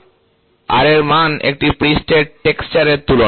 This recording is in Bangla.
Raএর মান একটি পৃষ্ঠের টেক্সচার তুলনা